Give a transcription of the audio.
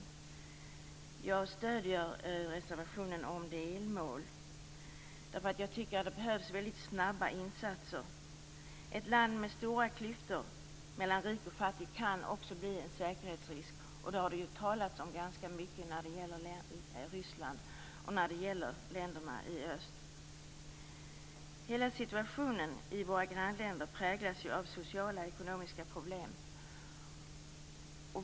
Jag stöder reservationen om delmål, eftersom jag tycker att det behövs väldigt snabba insatser. Ett land med stora klyftor mellan rik och fattig kan också bli en säkerhetsrisk, något som det har talats om ganska mycket när det gäller Ryssland och länderna i öst. Hela situationen i våra grannländer präglas ju av sociala och ekonomiska problem.